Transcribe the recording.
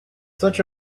such